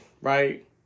right